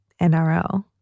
NRL